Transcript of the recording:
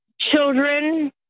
children